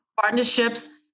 Partnerships